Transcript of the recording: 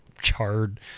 charred